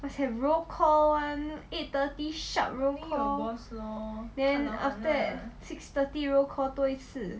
must have roll call [one] eight thirty sharp roll call then after that six thirty roll call 多一次